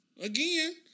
again